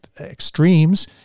extremes